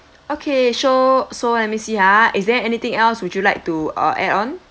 okay so so let me see ha is there anything else would you like to uh add on